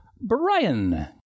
Brian